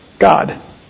God